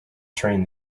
train